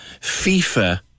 FIFA